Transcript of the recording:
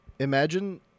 Imagine